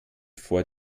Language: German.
vor